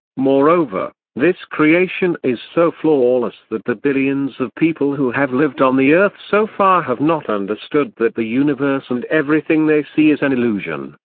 moreover, this creation is so flawless that the billions of people who have lived on the earth so far have not understood that the universe and everything they see is an illusion,